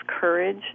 courage